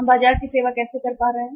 हम बाजार की सेवा कैसे कर पा रहे हैं